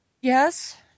yes